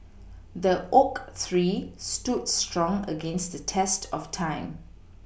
the oak tree stood strong against the test of time